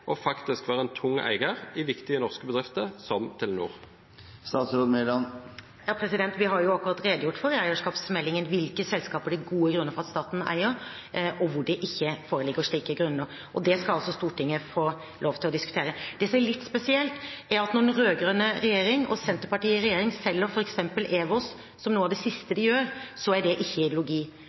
være en god investering å være en tung eier i viktige norske bedrifter som Telenor? Vi har jo i eierskapsmeldingen akkurat redegjort for hvilke selskaper det er gode grunner for at staten eier, og for hvor det ikke foreligger slike grunner, og det skal Stortinget få lov til å diskutere. Det som er litt spesielt, er at når den rød-grønne regjeringen – med Senterpartiet i regjering – selger f.eks. EWOS, som noe av det siste den gjør, er det ikke